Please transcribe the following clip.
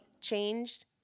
changed